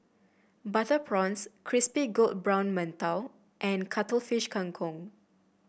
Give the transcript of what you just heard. Butter Prawns Crispy Golden Brown Mantou and Cuttlefish Kang Kong